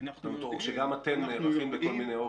או שגם אתם נערכים לכל מיני אופציות?